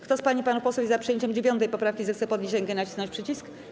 Kto z pań i panów posłów jest za przyjęciem 9. poprawki, zechce podnieść rękę i nacisnąć przycisk.